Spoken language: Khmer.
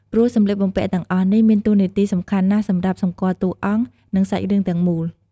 ព្រោះសម្លៀកបំពាក់ទាំងអស់នេះ មានតួនាទីសំខាន់ណាស់សម្រាប់សម្គាល់តួរអង្គ ក្នុងសាច់រឿងទាំងមូល ។